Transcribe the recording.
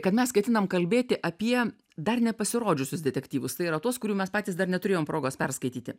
kad mes ketinam kalbėti apie dar nepasirodžiusius detektyvus tai yra tuos kurių mes patys dar neturėjom progos perskaityti